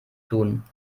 tun